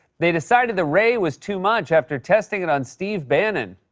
they decided the ray was too much, after testing it on steve bannon.